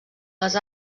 les